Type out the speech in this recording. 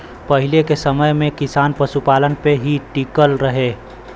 पहिले के समय में किसान पशुपालन पे ही टिकल रहे